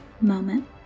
moment